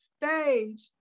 stage